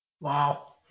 Wow